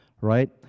Right